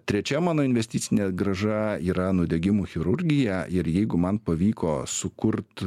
trečia mano investicinė grąža yra nudegimų chirurgija ir jeigu man pavyko sukurt